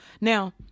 Now